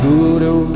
Guru